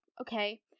okay